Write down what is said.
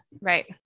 Right